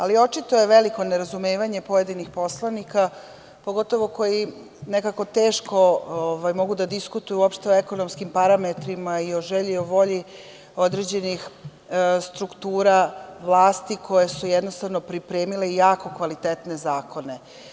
Ali, očito je veliko nerazumevanje pojedinih poslanika pogotovo koji nekako teško mogu da diskutuju opšte o ekonomskim parametrima i o želji i volji određenih struktura vlasti koje su jednostavno pripremila jako kvalitetne zakone.